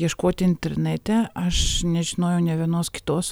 ieškoti internete aš nežinojau nė vienos kitos